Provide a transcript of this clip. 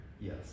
Yes